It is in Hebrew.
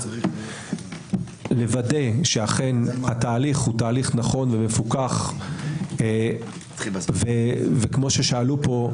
לוודא שהתהליך אכן נכון ומפוקח וכפי ששאלו פה,